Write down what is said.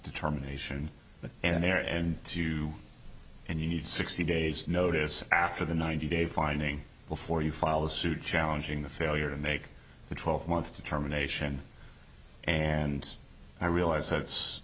determination and there and two and you need sixty days notice after the ninety day finding before you follow suit challenging the failure to make the twelve month determination and i realize